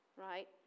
Right